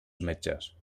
metges